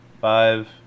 five